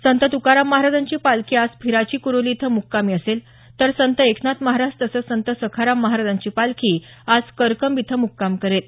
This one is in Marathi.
संत तुकाराम महाराजांची पालखी आज फिराची कुरोली इथं मुक्कामी असेल तर संत एकनाथ महाराज तसंच संत सखाराम महाराजांची पालखी आज करकंब इथं मुक्काम करेल